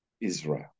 Israel